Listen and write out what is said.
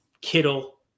Kittle